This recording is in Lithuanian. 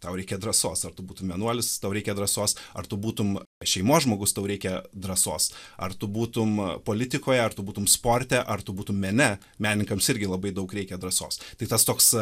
tau reikia drąsos ar tu būtum vienuolis tau reikia drąsos ar tu būtum šeimos žmogus tau reikia drąsos ar tu būtum politikoje ar tu būtum sporte ar tu būtum mene menininkams irgi labai daug reikia drąsos tai tas toks